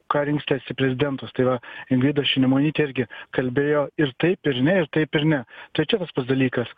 ką rinksitės į prezidentus tai va ingrida šimonytė irgi kalbėjo ir taip ir ne ir taip ir ne tai ir čia tas pats dalykas